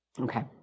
Okay